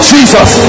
Jesus